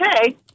okay